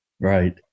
Right